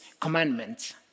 commandments